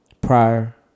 Prior